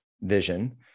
vision